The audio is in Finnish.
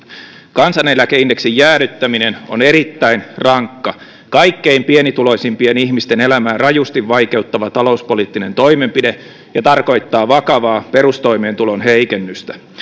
kansaneläkeindeksin jäädyttäminen on erittäin rankka kaikkein pienituloisimpien ihmisten elämää rajusti vaikeuttava talouspoliittinen toimenpide ja tarkoittaa vakavaa perustoimeentulon heikennystä